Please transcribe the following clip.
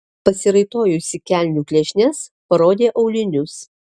pasiraitojusi kelnių klešnes parodė aulinius